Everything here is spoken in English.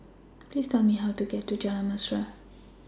Please Tell Me How to get to Jalan Mesra